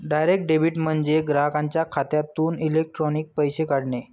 direct debit म्हणजे ग्राहकाच्या खात्यातून इलेक्ट्रॉनिक पैसे काढणे